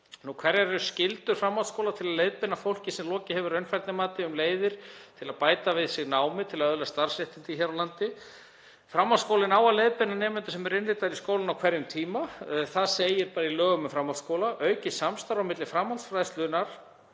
Hverjar eru skyldur framhaldsskóla til að leiðbeina fólki sem lokið hefur raunfærnimati um leiðir til að bæta við sig námi til að öðlast starfsréttindi hér á landi? Framhaldsskólinn á að leiðbeina nemendum sem eru innritaðir í skólann á hverjum tíma, það segir í lögum um framhaldsskóla. Aukið samstarf á milli framhaldsfræðslunnar